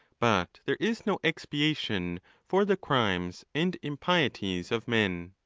but there is no expiation for the crimes and impieties of men.